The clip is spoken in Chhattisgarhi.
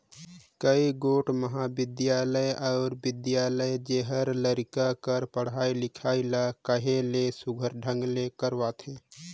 कइयो गोट महाबिद्यालय अउ बिद्यालय जेहर लरिका कर पढ़ई लिखई ल कहे ले सुग्घर ढंग ले करवाथे